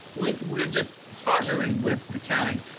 like we're just partnering with the county.